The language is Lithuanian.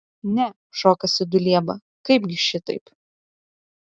ne šokasi dulieba kaipgi šitaip